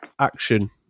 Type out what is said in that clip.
action